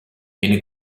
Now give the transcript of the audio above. viene